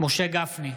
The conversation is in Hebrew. משה גפני,